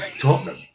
Tottenham